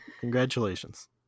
Congratulations